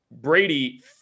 Brady